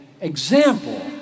example